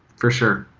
for sure.